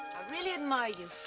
really admire you,